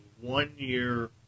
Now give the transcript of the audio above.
one-year